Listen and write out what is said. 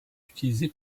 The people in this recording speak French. utilisé